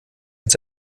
uns